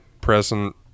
present